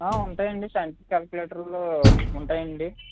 ఉంటాయండి సైంటిఫిక్ కాలిక్యులేటర్లు ఉంటాయండి